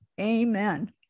Amen